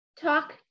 talk